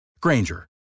Granger